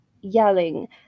yelling